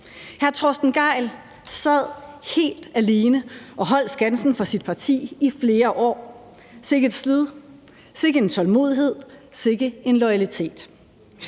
Hr. Torsten Gejl sad helt alene og holdt skansen for sit parti i flere år – sikke et slid, sikke en tålmodighed, sikke en loyalitet.